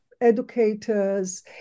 educators